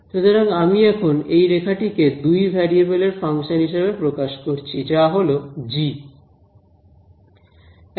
সুতরাং আমি এখন এই রেখাটিকে 2 ভেরিএবেল এর ফাংশন হিসাবে প্রকাশ করেছি যা হলো g